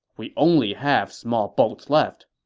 we only have small boats left.